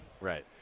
Right